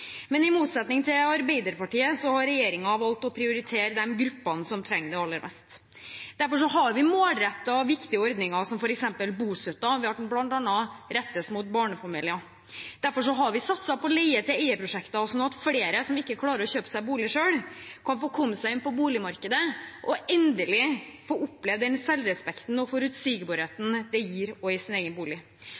Men i motsetning til Arbeiderpartiet har regjeringen valgt å prioritere de gruppene som trenger det aller mest. Derfor har vi målrettet viktige ordninger som f.eks. bostøtten, ved at den bl.a. rettes mot barnefamilier. Derfor har vi satset på leie-til-eie-prosjekter, sånn at flere som ikke klarer å kjøpe seg bolig selv, kan få komme seg inn på boligmarkedet og endelig få oppleve den selvrespekten og forutsigbarheten det gir å eie sin egen bolig.